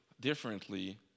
differently